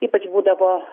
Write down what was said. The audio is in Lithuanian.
ypač būdavo